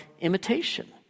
imitation